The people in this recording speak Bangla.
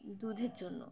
দুধের জন্য